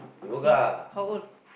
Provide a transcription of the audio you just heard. K how old